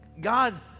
god